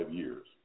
years